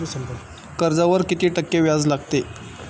कर्जावर किती टक्के व्याज लागते?